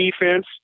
defense